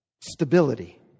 Stability